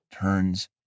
turns